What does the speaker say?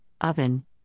oven